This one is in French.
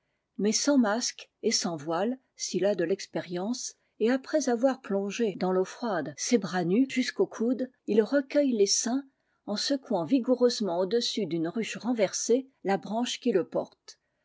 mais sans masque et sans voile s'il a de l'expérience et après avoir plongé dans l'eau froide ses bras nus jusqu'au coude il recuetlle l'essaim en secouant vigoureusement au-dessus d'une ruche renversée la branche qui le porte